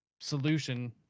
solution